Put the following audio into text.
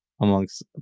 amongst